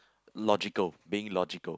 logical being logical